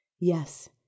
Yes